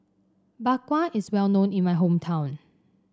Bak Kwa is well known in my hometown